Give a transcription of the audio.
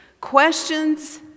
questions